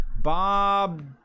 Bob